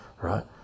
right